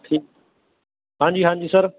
ਠੀ ਹਾਂਜੀ ਹਾਂਜੀ ਸਰ